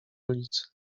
ulicę